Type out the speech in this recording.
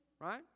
right